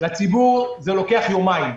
לציבור זה לוקח יומיים.